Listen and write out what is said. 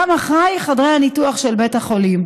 אחראי גם לחדרי הניתוח של בית החולים,